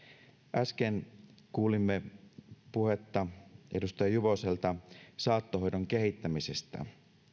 äsken kuulimme puhetta edustaja juvoselta saattohoidon kehittämisestä